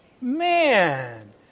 man